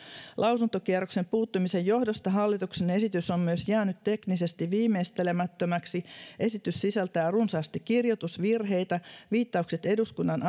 lausuntokierroksen puuttumisen johdosta hallituksen esitys on myös jäänyt teknisesti viimeistelemättömäksi esitys sisältää runsaasti kirjoitusvirheitä viittaukset eduskunnan